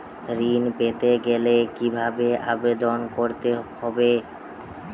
ঋণ পেতে গেলে কিভাবে আবেদন করতে হবে?